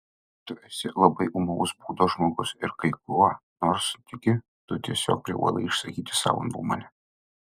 tu esi labai ūmaus būdo žmogus ir kai kuo nors tiki tu tiesiog privalai išsakyti savo nuomonę